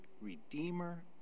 redeemer